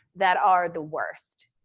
that are the worst.